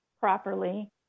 properly